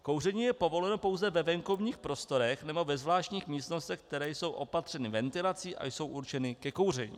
Kouření je povoleno pouze ve venkovních prostorách nebo ve zvláštních místnostech, které jsou opatřeny ventilací a jsou určeny ke kouření.